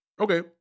Okay